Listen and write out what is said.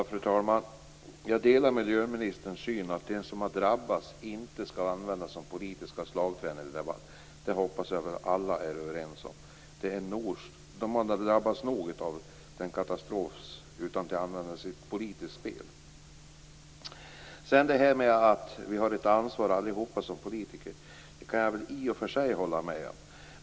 Fru talman! Jag delar miljöministerns uppfattning att de som har drabbats inte skall användas som politiskt slagträ i debatten. Det hoppas jag att alla är överens om. De har drabbats nog av katastrofen utan att användas i ett politiskt spel. Att vi som politiker alla har ett ansvar kan jag i och för sig hålla med om.